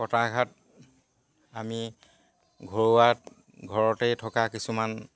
কটাঘাত আমি ঘৰুৱাত ঘৰতেই থকা কিছুমান